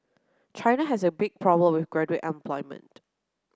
China has a big problem with graduate unemployment